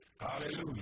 hallelujah